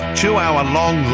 two-hour-long